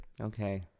Okay